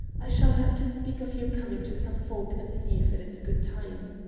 i shall have to speak of your coming to some folk and see if it is a good time.